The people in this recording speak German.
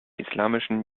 islamischen